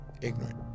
ignorant